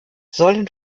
sollen